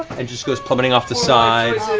and just goes plummeting off the side.